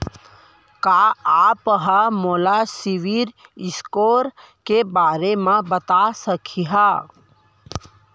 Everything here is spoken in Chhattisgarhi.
का आप हा मोला सिविल स्कोर के बारे मा बता सकिहा?